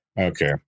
Okay